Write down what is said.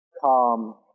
calm